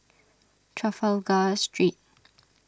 Trafalgar Street